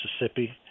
Mississippi